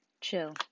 chill